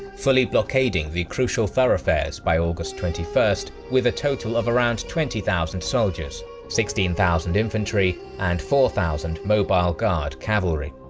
fully blockading the crucial thoroughfares by august twenty first, with a total of around twenty thousand soldiers sixteen thousand infantry and four thousand mobile guard cavalry.